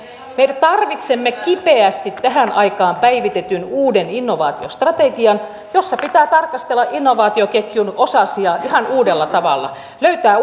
me tarvitsemme kipeästi tähän aikaan päivitetyn uuden innovaatiostrategian jossa pitää tarkastella innovaatioketjun osasia ihan uudella tavalla löytää